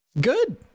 Good